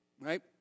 right